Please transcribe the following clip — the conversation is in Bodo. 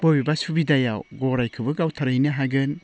बबेबा सुबिदायाव गराइखौबो गावथारहैनो हागोन